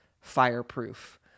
fireproof